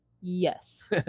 Yes